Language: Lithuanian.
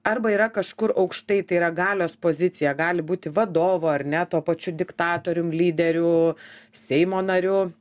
arba yra kažkur aukštai tai yra galios pozicija gali būti vadovu ar ne tuo pačiu diktatorium lyderiu seimo nariu